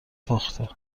پخته